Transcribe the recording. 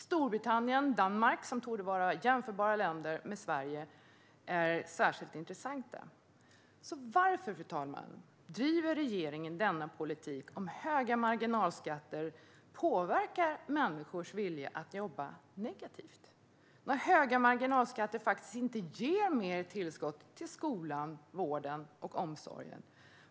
Storbritannien och Danmark, som torde vara jämförbara länder med Sverige, är särskilt intressanta. Varför, fru talman, driver regeringen denna politik om höga marginalskatter påverkar människors vilja att jobba negativt? Höga marginalskatter ger faktiskt inte mer tillskott till skolan, vården och omsorgen.